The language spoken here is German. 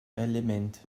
element